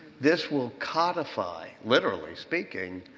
this will codify, literally speaking,